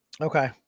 Okay